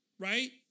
Right